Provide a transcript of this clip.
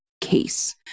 case